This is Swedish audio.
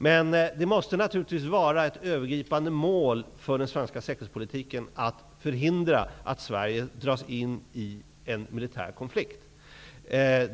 Men det måste vara ett övergripande mål för den svenska säkerhetspolitiken att förhindra att Sverige dras in i en militär konflikt.